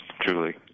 truly